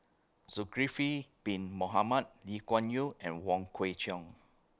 Zulkifli Bin Mohamed Lee Kuan Yew and Wong Kwei Cheong